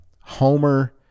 Homer